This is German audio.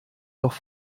doch